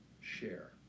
share